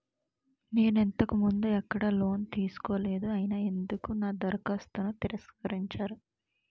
నేను ఇంతకు ముందు ఎక్కడ లోన్ తీసుకోలేదు అయినా ఎందుకు నా దరఖాస్తును తిరస్కరించారు?